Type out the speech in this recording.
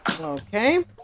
okay